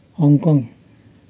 Hong Kong